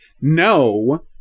no